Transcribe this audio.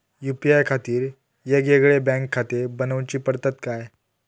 UPI खातीर येगयेगळे बँकखाते बनऊची पडतात काय?